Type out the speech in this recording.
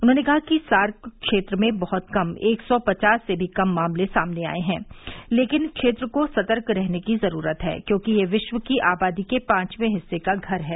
उन्होंने कहा कि सार्क क्षेत्र में बहुत कम एक सौ पचास से भी कम मामले सामने आए हैं लेकिन क्षेत्र को सतर्क रहने की जरूरत है क्योंकि यह विश्व की आबादी के पांचवे हिस्से का घर है